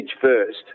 first